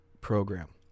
program